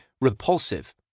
repulsive